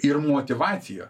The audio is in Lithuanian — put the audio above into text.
ir motyvacija